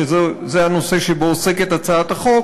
שזה הנושא שבו עוסקת הצעת החוק,